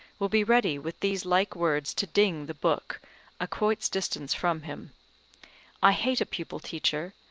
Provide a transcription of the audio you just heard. will be ready with these like words to ding the book a quoit's distance from him i hate a pupil teacher,